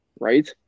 right